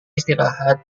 istirahat